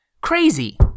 Crazy